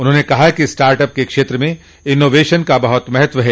उन्होंने कहा कि स्टाटअप के क्षेत्र में इनोवेशन का बहुत महत्व है